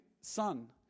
son